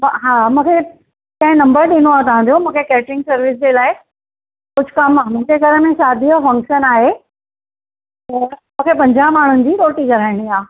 त हा मूंखे कंहिं नंबरु ॾिनो आहे तव्हां जो मूंखे केटरिंग सर्विस जे लाइ कुझु कमु आहे मुंहिंजे घर में शादीअ ओ फंक्शन आहे मूंखे पंजाहु माण्हुनि जी रोटी कराइणी आहे